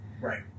right